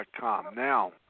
Now